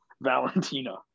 Valentina